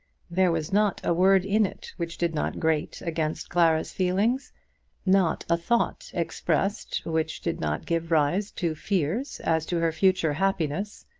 there was not a word in it which did not grate against clara's feelings not a thought expressed which did not give rise to fears as to her future happiness.